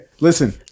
Listen